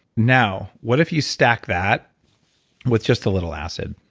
now what if you stack that with just a little acid?